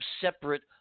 separate